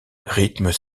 rythment